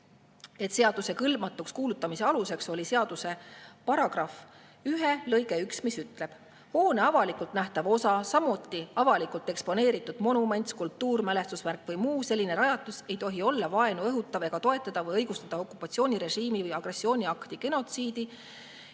et seaduse kõlbmatuks kuulutamise aluseks oli seaduse § 1 lõige 1, mis ütleb: "Hoone avalikult nähtav osa, samuti avalikult eksponeeritud monument, skulptuur, mälestusmärk või muu selline rajatis ei tohi olla vaenu õhutav ega toetada või õigustada okupatsioonirežiimi või agressiooniakti, genotsiidi,